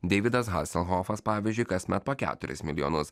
deividas hasehofas pavyzdžiui kasmet po keturis milijonus